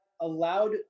allowed